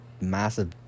massive